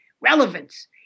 relevance